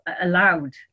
allowed